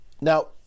Now